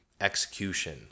execution